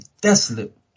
desolate